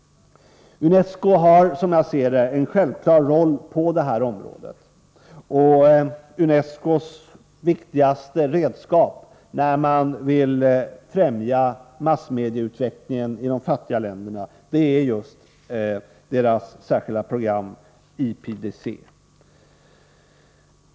UNESCO har, som jag ser det, en självklar roll på detta område, och UNESCO:s viktigaste redskap när man vill främja massmedieutvecklingen i de fattiga länderna är just organisationens särskilda program, IPDC.